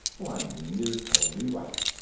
blinding is only right.